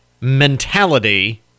mentality